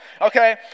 okay